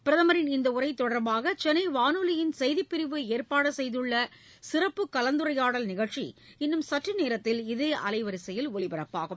பிரதமரின் இந்த உரை தொடர்பாக சென்னை வானொலியின் செய்திப்பிரிவு ஏற்பாடு செய்துள்ள சிறப்பு கலந்துரையாடல் நிகழ்ச்சி இன்னும் சற்று நேரத்தில் இதே அலைவரிசையில் ஒலிபரப்பாகிறது